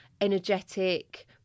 energetic